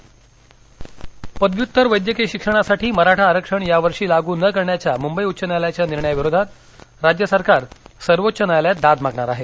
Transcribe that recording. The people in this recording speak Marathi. चंद्रकांत पाटील आरक्षण पदव्युत्तर वैद्यकीय शिक्षणासाठी मराठा आरक्षण यावर्षी लागू न करण्याच्या मुंबई उच्च न्यायालयाच्या निर्णयाविरोधात राज्य सरकार सर्वोच्च न्यायालयात दाद मागणार आहे